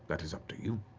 that is up to you.